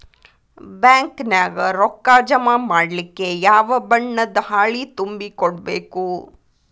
Bank ನ್ಯಾಗ ರೊಕ್ಕಾ ಜಮಾ ಮಾಡ್ಲಿಕ್ಕೆ ಯಾವ ಬಣ್ಣದ್ದ ಹಾಳಿ ತುಂಬಿ ಕೊಡ್ಬೇಕು?